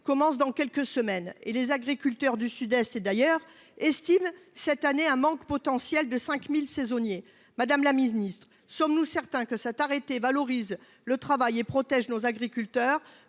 commence dans quelques semaines, les agriculteurs du Sud Est et d’ailleurs estiment qu’il manquera cette année potentiellement 5 000 saisonniers. Madame la ministre, sommes nous certains que cet arrêté valorise le travail et protège nos agriculteurs